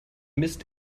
mist